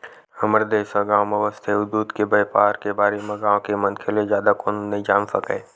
हमर देस ह गाँव म बसथे अउ दूद के बइपार के बारे म गाँव के मनखे ले जादा कोनो नइ जान सकय